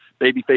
babyface